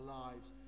lives